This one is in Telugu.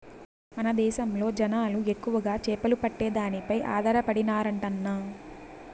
మన దేశంలో జనాలు ఎక్కువగా చేపలు పట్టే దానిపై ఆధారపడినారంటన్నా